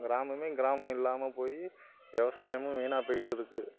கிராமமே கிராமம் இல்லாமல் போய் விவசாயமும் வீணாக போய்ட்டு இருக்குது